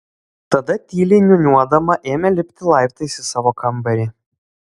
tada tyliai niūniuodama ėmė lipti laiptais į savo kambarį